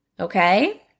Okay